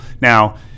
now